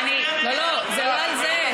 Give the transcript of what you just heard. זה לא על זה.